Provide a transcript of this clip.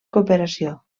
cooperació